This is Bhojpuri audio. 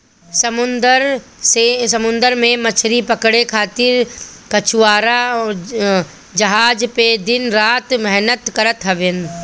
समुंदर में मछरी पकड़े खातिर मछुआरा जहाज पे दिन रात मेहनत करत हवन